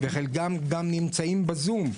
וחלקם גם נמצאים בזום,